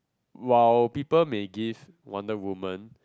while people may give wonder women